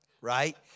right